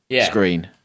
screen